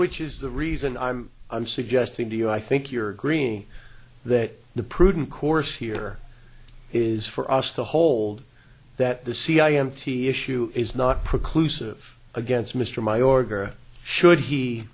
which is the reason i'm i'm suggesting to you i think you're agreeing that the prudent course here is for us to hold that the cia empty issue is not preclude sieve against mr my order should he